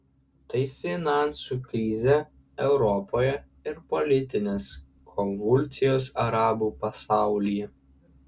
tai finansų krizė europoje ir politinės konvulsijos arabų pasaulyje